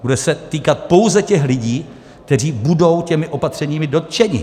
Bude se týkat pouze těch lidí, kteří budou těmi opatřeními dotčeni.